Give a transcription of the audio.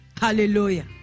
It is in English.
hallelujah